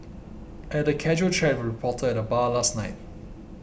I had a casual chat with a reporter at the bar last night